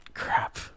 Crap